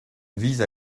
vise